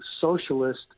socialist